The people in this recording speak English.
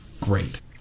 Great